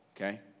okay